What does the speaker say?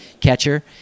catcher